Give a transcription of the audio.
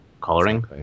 coloring